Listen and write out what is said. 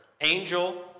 angel